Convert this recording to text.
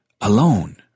alone